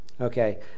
Okay